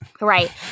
Right